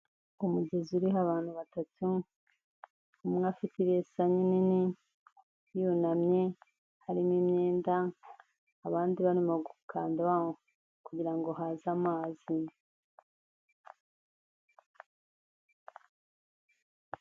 Umugezi uriho abantu batatu, umwe afite ibesa nini yunamye, harimo imyenda, abandi barimo gukanda kugira ngo haze amazi.